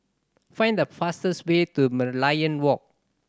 find the fastest way to Merlion Walk